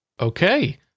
okay